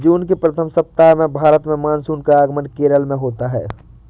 जून के प्रथम सप्ताह में भारत में मानसून का आगमन केरल में होता है